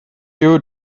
you